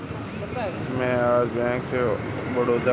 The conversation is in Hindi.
मैं आज बैंक ऑफ बड़ौदा गया था